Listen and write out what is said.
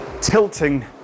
tilting